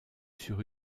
sur